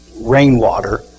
rainwater